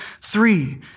three